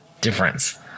difference